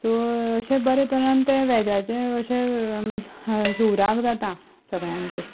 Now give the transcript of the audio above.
so अशे बरे तरेन तें व्हॅजाचें अशें शिवराक जाता सगळ्यांगेर